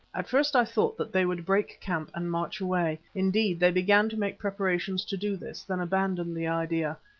at first i thought that they would break camp and march away indeed, they began to make preparations to do this, then abandoned the idea,